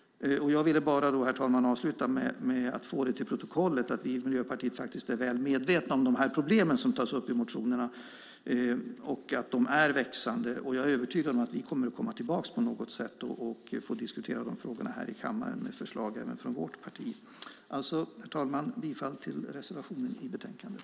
Jag vill avsluta med att få fört till protokollet att vi i Miljöpartiet är väl medvetna om problemen som tas upp i motionerna. Problemen växer. Jag är övertygad om att vi kommer att komma tillbaka i dessa frågor på något sätt för att diskutera dem i kammaren. Herr talman! Jag yrkar bifall till reservationen i betänkandet.